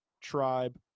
tribe